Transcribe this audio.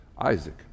Isaac